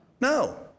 No